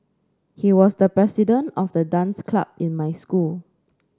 he was the president of the dance club in my school